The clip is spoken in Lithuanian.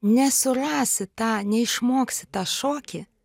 nesurasi tą neišmoksi tą šokį